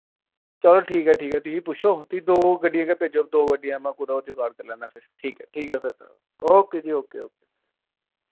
चलो ठीक ऐ ठीक ऐ तुहीं पुच्छो तुहीं दो गड्डियां गै भेजो दो गड्डियां दा में कुतै होर जुगाड़ करी लैन्नां फिर ठीक ऐ ठीक ऐ फिर ओके जी ओके